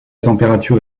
température